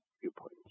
viewpoint